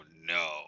no